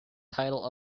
title